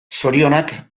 zorionak